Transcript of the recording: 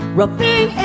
rubbing